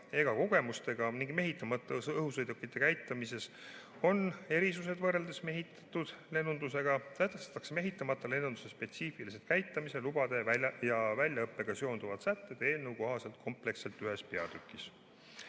ega kogemustega ning mehitamata õhusõidukite käitamises on erisused võrreldes mehitatud lennundusega, sätestatakse mehitamata lennunduse spetsiifilised käitamise, lubade ja väljaõppega seonduvad sätted eelnõu kohaselt kompleksselt ühes peatükis.